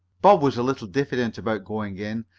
bob was a little diffident about going in,